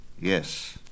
Yes